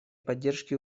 поддержке